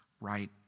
right